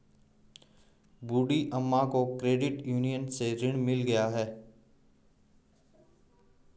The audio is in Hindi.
बूढ़ी अम्मा को क्रेडिट यूनियन से ऋण मिल गया है